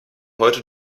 heute